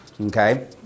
okay